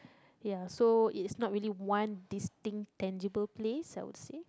ya so it's not really want this thing tangible please that will say